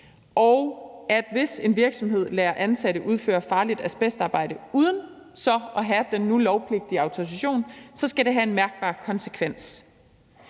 og at hvis en virksomhed lader ansatte udføre farligt asbestarbejde uden at have den nu lovpligtige autorisation, skal det have en mærkbar konsekvens.